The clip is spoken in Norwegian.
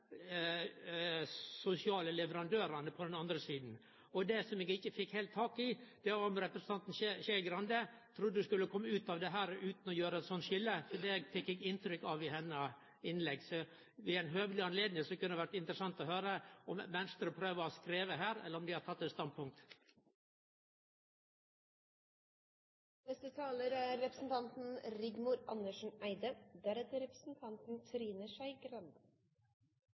sosiale leverandørane på den andre sida. Det eg ikkje fekk heilt tak i, var om representanten Skei Grande trudde ein skulle kome ut av dette utan å gjere eit slik skilje. Det fekk eg inntrykk av i hennar innlegg. Ved ei høveleg anledning kunne det vore interessant å høyre om Venstre prøver å skreve her, eller om dei har teke eit standpunkt. Jeg regner med at statsråden har samme interesse for og samme oversikt over alle ideelle institusjoner som er